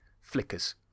flickers